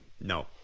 No